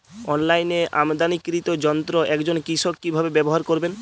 অনলাইনে আমদানীকৃত যন্ত্র একজন কৃষক কিভাবে ব্যবহার করবেন?